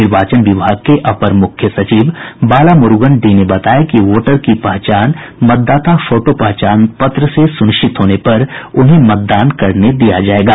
निर्वाचन विभाग के अपर मुख्य सचिव बाला मुरूगन डी ने बताया कि वोटर की पहचान मतादाता फोटो पहचान पत्र से सुनिश्चित होने पर उन्हें मतदान करने दिया जायेगा